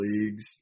leagues